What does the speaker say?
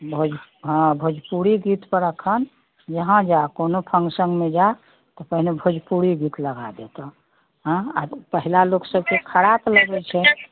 हँ भोजपुरी गीत पर अखन जहाँ जा कोनो फंक्शनमे जा कोनो भोजपुरी गीत लगा देतहुँ हँ पहला लोक सबके खराब लगैत छै